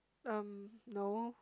um no